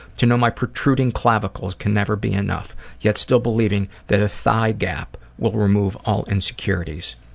to know my protruding clavicles can never be enough, yet still believing that a thigh gap will remove all insecurities.